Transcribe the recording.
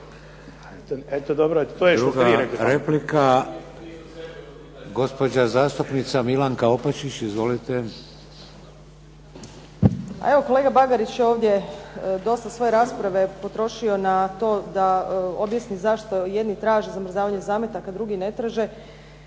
Druga replika. Gospođa zastupnica Milanka Opačić. Izvolite. **Opačić, Milanka (SDP)** A evo kolega Bagarić je ovdje dosta svoje rasprave potrošio na to da ovdje se zapravo jedni traže zamrzavanje zametaka, drugi ne traže.